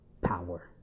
power